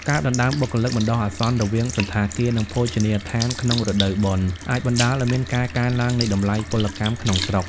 ការដណ្តើមបុគ្គលិកបណ្តោះអាសន្នរវាងសណ្ឋាគារ និងភោជនីយដ្ឋានក្នុងរដូវបុណ្យ អាចបណ្តាលឱ្យមានការកើនឡើងនៃតម្លៃពលកម្មក្នុងស្រុក។